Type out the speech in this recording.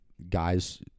guys